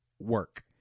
work